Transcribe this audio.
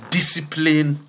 Discipline